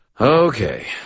Okay